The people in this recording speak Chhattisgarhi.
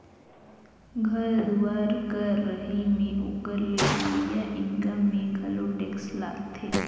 घर दुवार कर रहई में ओकर ले होवइया इनकम में घलो टेक्स लागथें